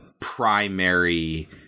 primary